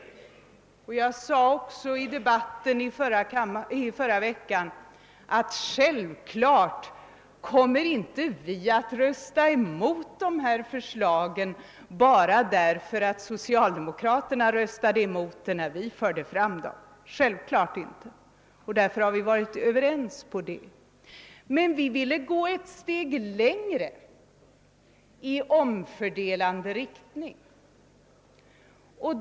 Jag sade också i debatten i förra veckan att vi självklart inte kommer att rösta emot förslagen bara därför att socialdemokraterna röstade emot dem när vi framförde dem. Vi har alltså varit överens om detta. Men vi ville gå ett steg längre med omfördelningen.